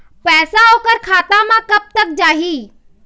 पैसा ओकर खाता म कब तक जाही?